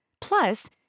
Plus